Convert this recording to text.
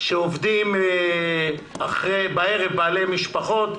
שעובדים בערב, בעלי משפחות,